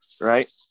right